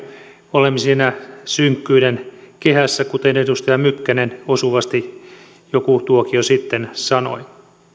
olemme siinä synkkyyden kehässä kuten edustaja mykkänen osuvasti joku tuokio sitten sanoi